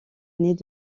années